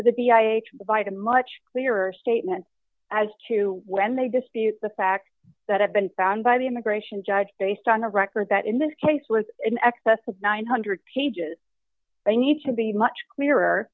a much clearer statement as to when they dispute the fact that i've been found by the immigration judge based on a record that in this case was in excess of nine hundred pages i need to be much clearer